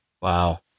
Wow